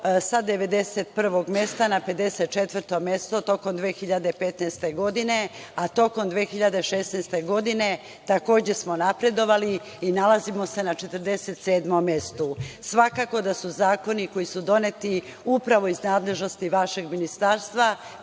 sa 91. mesta na 54. mesto tokom 2015. godine, a tokom 2016. godine, takođe, smo napredovali i nalazimo se na 47. mestu. Svakako da su zakoni koji su doneti upravo iz nadležnosti vašeg ministarstva,